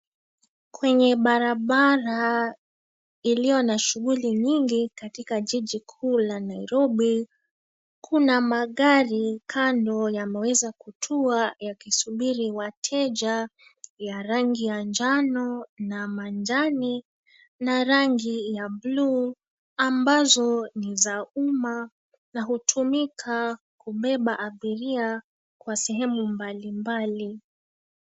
Kwenye barabara iliyo na shughuli nyingi katika jiji kuu la Nairobi, kuna magari kando yameweza kutua yakisubiri wateja ya rangi ya njano na majani na rangi ya buluu, ambazo ni za umma na hutumika kubeba abiria kwa sehemu mbalimbali.